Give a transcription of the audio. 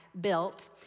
built